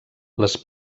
les